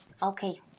Okay